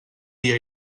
dia